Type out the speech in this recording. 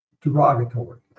derogatory